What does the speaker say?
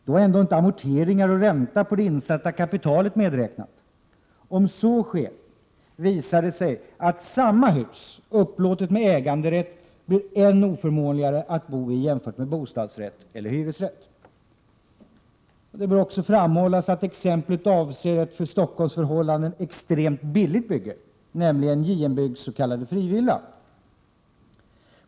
Då är ändå inte amorteringar och ränta på det insatta kapitalet medräknade. Om så sker visar det sig att samma hus upplåtet med äganderätt blir än oförmånligare att bo i jämfört med bostadsrätt eller hyresrätt. Det bör också framhållas att exemplet avser ett för Stockholmsförhållanden extremt billigt bygge, nämligen JM-Byggs s.k. frivilla.